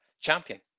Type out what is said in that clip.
champion